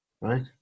right